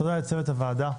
תודה לצוות הוועדה,